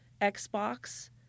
xbox